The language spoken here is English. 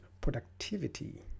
productivity